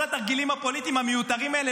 כל התרגילים הפוליטיים המיותרים האלה